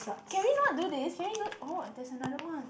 can we not do this can we do oh there's another one